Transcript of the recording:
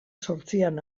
zortzian